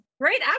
great